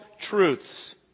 truths